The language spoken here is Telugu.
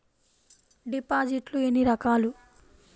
డిపాజిట్లు ఎన్ని రకాలు?